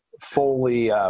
fully –